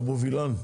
אבו וילן,